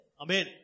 Amen